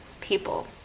people